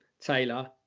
Taylor